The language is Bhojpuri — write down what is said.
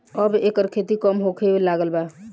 अब एकर खेती कम होखे लागल बा